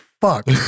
fuck